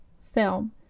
film